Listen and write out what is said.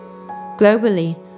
Globally